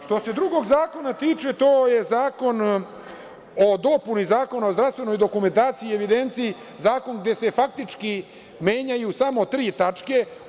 Što se drugog zakona tiče, to je zakon o dopuni Zakona o zdravstvenoj dokumentaciji i evidenciji, zakon gde se faktički menjaju samo tri tačke.